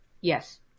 Yes